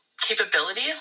capability